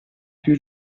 più